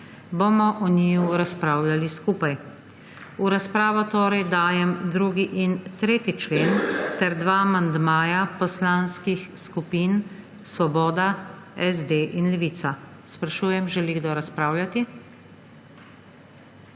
bomo o njiju razpravljali skupaj. V razpravo torej dajem 2. in 3. člen ter dva amandmaja poslanskih skupin Svoboda, SD in Levica. Sprašujem, sli želi kdo razpravljati.